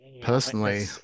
Personally